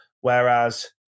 Whereas